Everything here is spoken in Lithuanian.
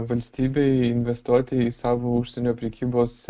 valstybei investuoti į savo užsienio prekybos